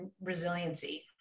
resiliency